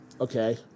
Okay